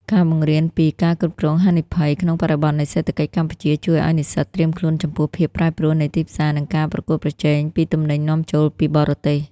ការបង្រៀនពី "ការគ្រប់គ្រងហានិភ័យ" ក្នុងបរិបទនៃសេដ្ឋកិច្ចកម្ពុជា ជួយឱ្យនិស្សិតត្រៀមខ្លួនចំពោះភាពប្រែប្រួលនៃទីផ្សារ និងការប្រកួតប្រជែងពីទំនិញនាំចូលពីបរទេស។